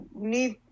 need